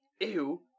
Ew